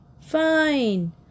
Fine